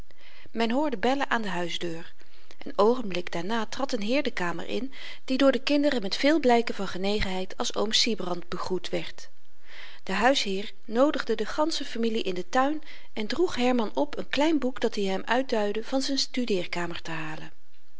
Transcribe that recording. men hoorde bellen aan de huisdeur een oogenblik daarna trad n heer de kamer in die door de kinderen met veel blyken van genegenheid als oom sybrand begroet werd de huisheer noodigde de gansche familie in den tuin en droeg herman op n klein boekje dat-i hem uitduidde van z'n studeerkamer te halen